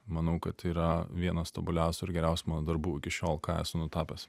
manau kad yra vienas tobuliausių ir geriausių mano darbų iki šiol ką esu nutapęs